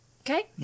Okay